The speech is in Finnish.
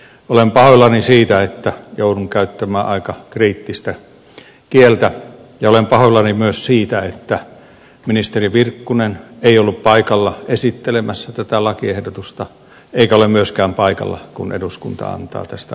olen pahoillani siitä että joudun käyttämään aika kriittistä kieltä ja olen pahoillani myös siitä että ministeri virkkunen ei ollut paikalla esittelemässä tätä lakiehdotusta eikä ole myöskään paikalla kun eduskunta antaa tästä asiasta vastausta